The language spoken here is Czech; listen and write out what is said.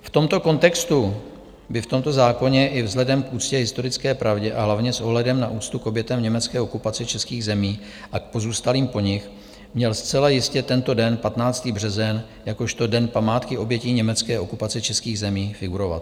V tomto kontextu by v tomto zákoně i vzhledem k úctě k historické pravdě a hlavně s ohledem na úctu k obětem německé okupace českých zemí a k pozůstalým po nich měl zcela jistě tento den, 15. březen, jakožto Den památky obětí německé okupace českých zemí figurovat.